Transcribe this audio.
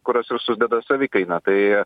kurios ir sudeda savikainą tai